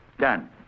Done